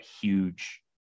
huge